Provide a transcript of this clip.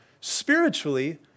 spiritually